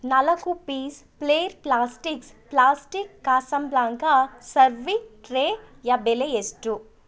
ನಾಲ್ಕು piece plier plastics plastic Casablanca ಸರ್ವಿಕ್ ಟ್ರೇಯ ಬೆಲೆ ಎಷ್ಟು